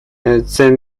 hillside